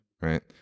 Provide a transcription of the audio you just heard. right